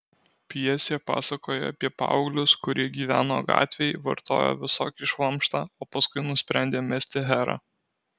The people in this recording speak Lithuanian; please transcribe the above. pjesė pasakoja apie paauglius kurie gyveno gatvėj vartojo visokį šlamštą o paskui nusprendė mesti herą